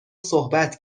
صحبت